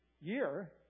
year